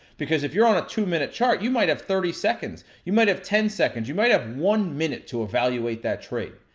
because, if you're on a two minute chart, you might have thirty seconds, you might have ten seconds, you might have one minute to evaluate that trade.